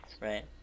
right